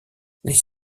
les